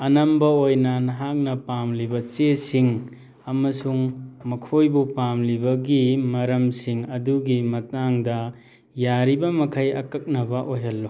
ꯑꯅꯝꯕ ꯑꯣꯏꯅ ꯅꯍꯥꯛꯅ ꯄꯥꯝꯂꯤꯕ ꯆꯦꯆꯥꯡꯁꯤꯡ ꯑꯃꯁꯨꯡ ꯃꯈꯣꯏꯕꯨ ꯄꯥꯝꯂꯤꯕꯒꯤ ꯃꯔꯝꯁꯤꯡ ꯑꯗꯨꯒꯤ ꯃꯇꯥꯡꯗ ꯌꯥꯔꯤꯕ ꯃꯈꯩ ꯑꯀꯛꯅꯕ ꯑꯣꯏꯍꯜꯂꯨ